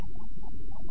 slide సమయం చూడండి 33